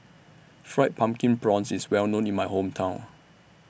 Fried Pumpkin Prawns IS Well known in My Hometown